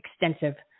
extensive